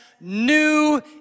new